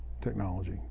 technology